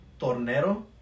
Tornero